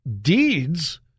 deeds